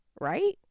Right